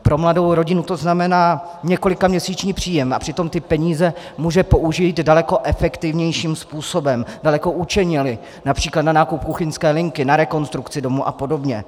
Pro mladou rodinu to znamená několikaměsíční příjem, a přitom ty peníze může použít daleko efektivnějším způsobem, daleko účelněji, například na nákup kuchyňské linky, na rekonstrukci domu apod.